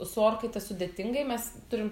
su orkaite sudėtingai mes turim